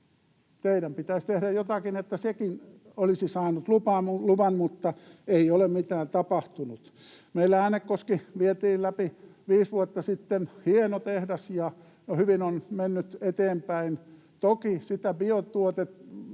Teidän pitäisi tehdä jotakin, että sekin olisi saanut luvan, mutta ei ole mitään tapahtunut. Meillä Äänekoski vietiin läpi viisi vuotta sitten, hieno tehdas, ja hyvin on mennyt eteenpäin, toki sitä